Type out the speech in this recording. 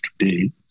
today